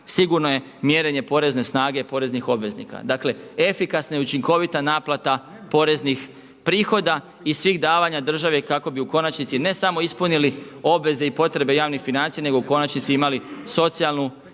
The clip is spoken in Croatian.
sigurno je mjerenje porezne snage poreznih obveznika. Dakle, efikasna i učinkovita naplata poreznih prihoda i svih davanja države kako bi u konačnici ne samo ispunili obveze i potrebe javnih financija nego u konačnici imali socijalnu